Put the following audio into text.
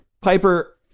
Piper